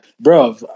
Bro